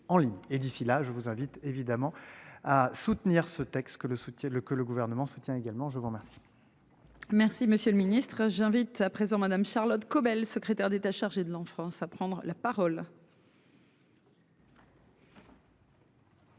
et d'ici là je vous invite évidemment à soutenir ce texte, que le soutien le que le gouvernement soutient également, je vous remercie. Merci Monsieur le Ministre, j'invite à présent madame Charlotte Caubel, secrétaire d'État chargée de l'enfance à prendre la parole.